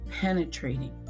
penetrating